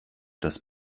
das